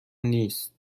نیست